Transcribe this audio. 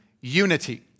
unity